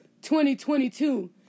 2022